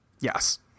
Yes